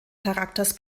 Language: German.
charakters